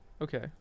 Okay